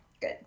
good